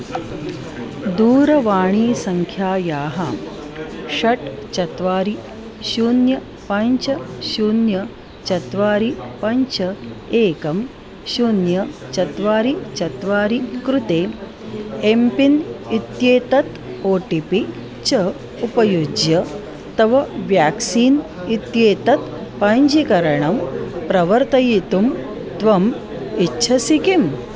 दूरवाणीसङ्ख्यायाः षट् चत्वारि शून्यं पञ्च शून्यं चत्वारि पञ्च एकं शून्यं चत्वारि चत्वारि कृते एम् पिन् इत्येतत् ओ टि पि च उपयुज्य तव व्याक्सीन् इत्येतत् पञ्जीकरणं प्रवर्तयितुं त्वम् इच्छसि किम्